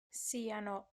siano